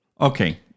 okay